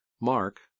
Mark